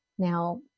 Now